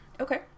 Okay